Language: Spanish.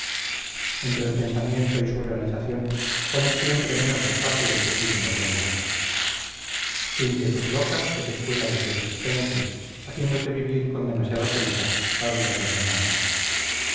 entre el pensamiento y su realización pones siempre menos espacio del que pide la realidad tu inquietud loca es espuela de tu existencia haciéndote vivir con demasiada prisa ávida del mañana